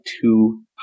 two